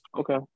Okay